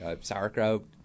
Sauerkraut